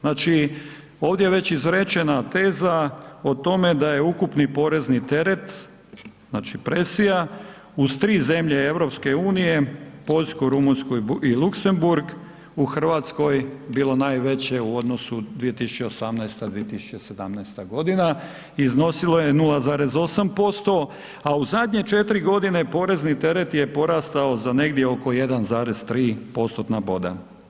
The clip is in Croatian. Znači ovdje je već izrečena teza o tome da je ukupni porezni teret, znači presija uz tri zemlje EU, Poljsku, Rumunjsku i Luksemburg u Hrvatskoj bilo najveće u odnosu 2018., 2017. g. , iznosilo je 0,8% a u zadnje 4 g. porezni teret je porastao za negdje oko 1,3-tna boda.